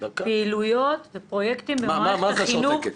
פעילויות ופרויקטים במערכת החינוך,